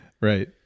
right